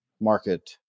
market